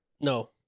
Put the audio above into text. No